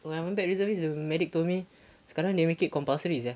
when I went back reservist the medic told me sekarang they make it compulsory sia